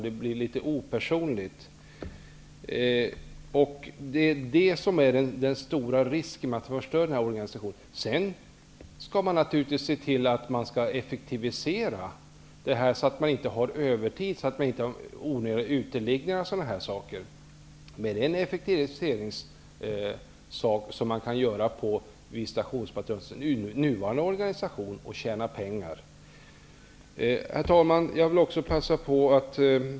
Då blir det litet opersonligt. Det är den stora risken med att förstöra den här organisationen. Verksamheten skall naturligtvis effektiviseras. Man skall se till att man inte har övertid osv. Det är en effektiviseringåtgärd som kan vidtas med visitationspatrullens nuvarande organisation, och genom den kan man tjäna pengar. Herr talman!